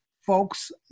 folks